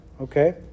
Okay